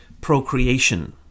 procreation